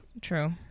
true